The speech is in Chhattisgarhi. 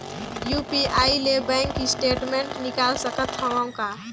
यू.पी.आई ले बैंक स्टेटमेंट निकाल सकत हवं का?